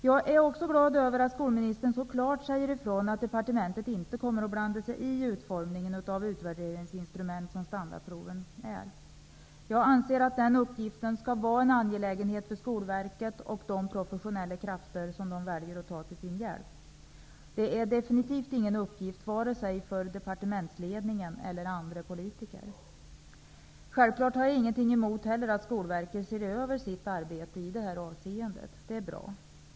Jag är också glad över att skolministern så klart säger ifrån att departementet inte kommer att blanda sig i utformningen av det utvärderingsinstrument som standardproven är. Jag anser att den uppgiften skall vara en angelägenhet för Skolverket och för de professionella krafter man där väljer att ta till sin hjälp. Det är definitivt ingen uppgift för vare sig departementsledningen eller andra politiker. Självfallet har jag heller inget emot att Skolverket ser över sitt arbete i detta avseende. Det är bra.